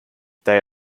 they